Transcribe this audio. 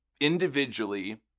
individually